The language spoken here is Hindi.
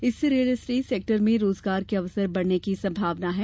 इससे रियल इस्टेट सेक्टर में रोजगार के अवसर बढ़ने की संभावना हैं